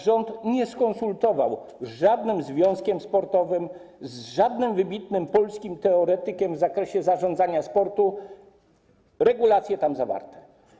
Rząd nie skonsultował z żadnym związkiem sportowym, z żadnym wybitnym polskim teoretykiem w zakresie zarządzania sportu regulacji tam zawartych.